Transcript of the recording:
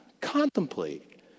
Contemplate